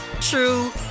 true